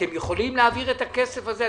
אתם יכולים להעביר את הכסף הזה?